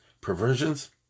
perversions